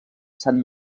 sant